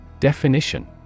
Definition